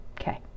okay